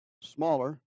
smaller